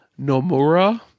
Nomura